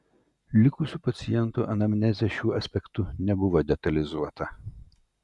likusių pacientų anamnezė šiuo aspektu nebuvo detalizuota